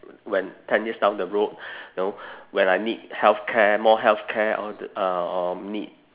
when ten years down the road know when I need healthcare more healthcare all th~ or or need